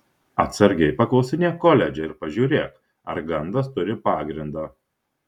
atsargiai paklausinėk koledže ir pažiūrėk ar gandas turi pagrindą